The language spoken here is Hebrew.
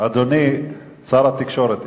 אדוני שר התקשורת,